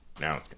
now